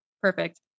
Perfect